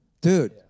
Dude